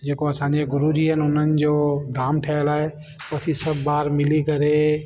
जेको असांजे गुरूजी आहिनि उन्हनि जो दाम ठहियल आहे उते सभु ॿार मिली करे